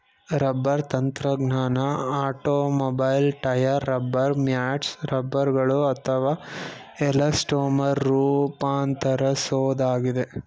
rubber ತಂತ್ರಜ್ಞಾನ automobile tyre rubber mats ರಬ್ಬರ್ಗಳು ಅಥವಾ ಎಲಾಸ್ಟೊಮರ್ ರೂಪಾಂತರಿಸೋದಾಗಿದೆ